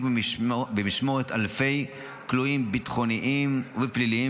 במשמורת אלפי כלואים ביטחוניים ופליליים,